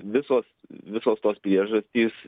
visos visos tos priežastys